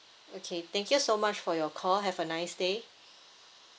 okay thank you so much for your call have a nice day